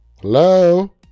Hello